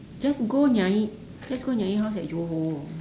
just go nyai just go nyai house at johor